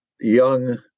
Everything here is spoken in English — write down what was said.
young